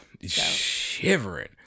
Shivering